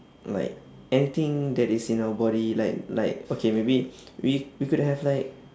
like anything that is in our body like like okay maybe we we could have like